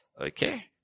Okay